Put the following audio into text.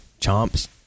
Chomps